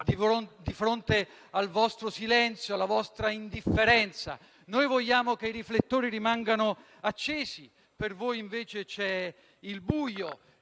di fronte al vostro silenzio e alla vostra indifferenza. Noi vogliamo che i riflettori rimangano accesi, per voi invece c'è il buio.